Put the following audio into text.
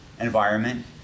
environment